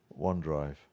OneDrive